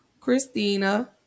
christina